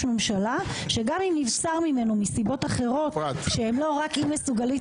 ממשלה שגם אם נבצר ממנו מסיבות אחרות שהן לא רק אי מסוגלות